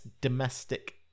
domestic